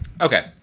Okay